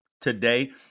today